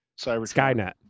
Skynet